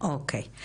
אוקיי.